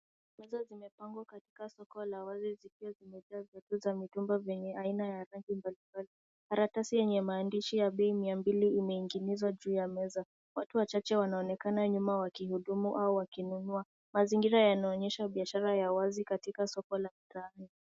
Meza zimepangwa katika soko la wazi zikiwa zimejaa vitu za mitumba vyenye aina ya rangi mbalimbali. Karatasi yenye maandishi ya bei mia mbili imeingilizwa juu ya meza. Watu wachache wanaonekana nyuma wakihudumu au wakinunua. Mazingira yanaonyesha biashara ya wazi katika soko la mtaani.